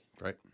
Right